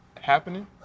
happening